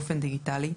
באופן דיגיטלי,